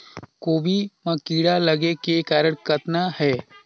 गोभी म कीड़ा लगे के कारण कतना हे?